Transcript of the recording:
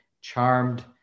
charmed